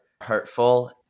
hurtful